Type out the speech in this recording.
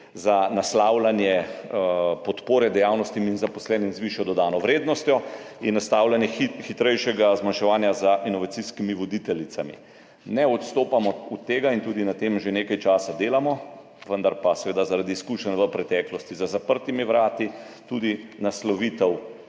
za naslavljanje podpore dejavnostim in zaposlenim z višjo dodano vrednostjo in naslavljanje hitrejšega zmanjševanja za inovacijskimi voditeljicami. Ne odstopamo od tega in tudi na tem že nekaj časa delamo, vendar pa seveda zaradi izkušenj v preteklosti za zaprtimi vrati tudi naslovitev